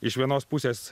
iš vienos pusės